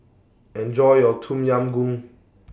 Enjoy your Tom Yam Goong